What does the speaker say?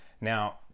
Now